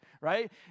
right